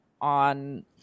on